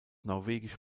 norwegische